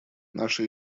наша